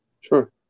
sure